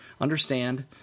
understand